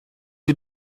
sie